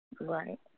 Right